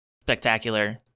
spectacular